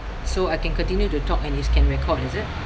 so I can continue to talk and this can record is it